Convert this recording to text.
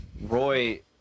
roy